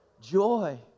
Joy